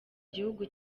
gihugu